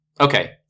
Okay